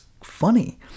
funny